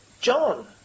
John